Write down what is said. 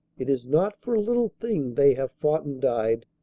it is not for a little thing they have fought and died.